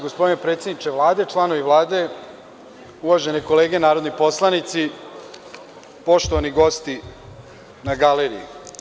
Gospodine predsedniče Vlade, članovi Vlade, uvaženi kolege narodni poslanici, poštovani gosti na galeriji.